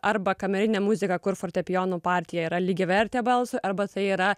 arba kamerinė muzika kur fortepijonų partija yra lygiavertė balsui arba tai yra